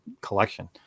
collection